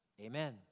Amen